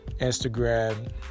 Instagram